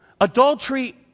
Adultery